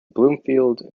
bloomfield